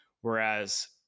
Whereas